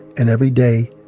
and every day,